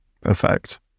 Perfect